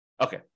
Okay